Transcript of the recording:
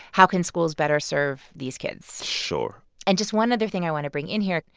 how can schools better serve these kids? sure and just one other thing i want to bring in here.